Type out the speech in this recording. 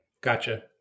Gotcha